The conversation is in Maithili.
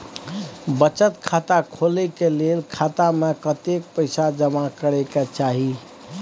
बचत खाता खोले के लेल खाता में कतेक पैसा जमा करे के चाही?